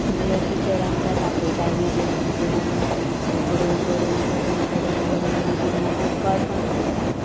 तेन्ना मागीर टिचर आमकां तापयताली बी मागीर आमी हें करून करून करून करून मागीर मागीर मागीर कळपाक लागली आमकां